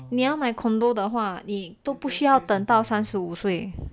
你要买 condo 的话你都不需要等到三十五岁